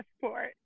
passport